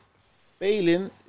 failing